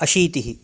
अशीतिः